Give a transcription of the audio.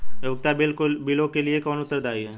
उपयोगिता बिलों के लिए कौन उत्तरदायी है?